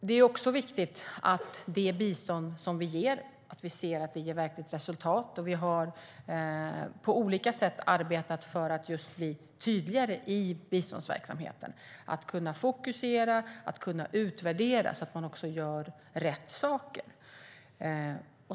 Det är också viktigt att det bistånd vi ger ger verkligt resultat. Vi har på olika sätt arbetat för att just bli tydligare i biståndsverksamheten. Det handlar om att kunna fokusera och utvärdera, så att man gör rätt saker.